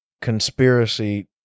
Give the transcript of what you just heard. conspiracy